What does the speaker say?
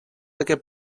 aquest